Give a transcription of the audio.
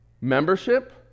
membership